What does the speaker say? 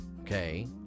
okay